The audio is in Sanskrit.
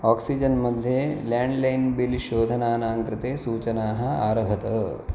आक्सिजेन् मध्ये लाण्ड्लैन् बिल् शोधनानां कृते सूचनाः आरभत